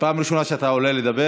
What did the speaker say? הפעם הראשונה שאתה עולה לדבר.